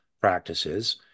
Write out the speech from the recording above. practices